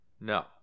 No